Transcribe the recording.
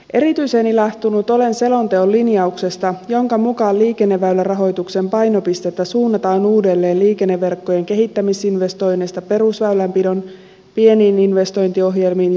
erityisen ilahtunut olen selonteon linjauksesta jonka mukaan liikenneväylärahoituksen painopistettä suunnataan uudelleen liikenneverkkojen kehittämisinvestoinneista perusväylänpidon pieniin investointiohjelmiin